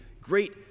great